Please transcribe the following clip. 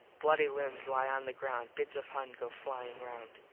bloody lims lie on the ground. bits of huns go flyin round.